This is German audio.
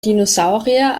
dinosaurier